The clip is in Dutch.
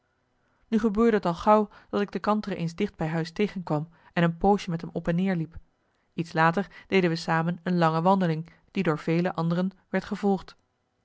gebeurde t al gauw dat ik de kantere eens dicht bij huis tegenkwam en een poosje met hem op en neer liep iets later deden we samen een lange wandeling die door vele anderen werd gevolgd